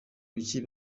kuki